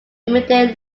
immediate